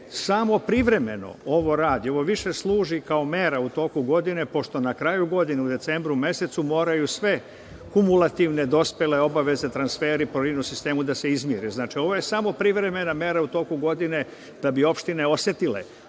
samo privremeno ovo radi. Ovo više služi kao mera u toku godine, pošto na kraju godine u decembru mesecu moraju sve kumulativne dospele obaveze, transferi po RINO sistemu da se izmire. Znači, ovo je samo privremena mera u toku godine da bi opštine osetile